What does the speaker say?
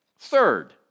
Third